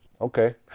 Okay